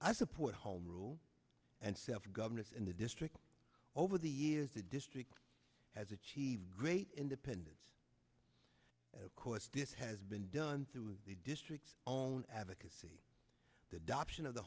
i support home rule and self governance in the district over the years the district has achieved great independence of course this has been done through the districts on advocacy the adoption of the